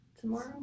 Tomorrow